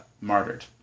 martyred